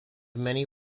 many